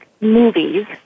movies